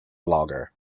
blogger